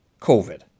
COVID